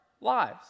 lives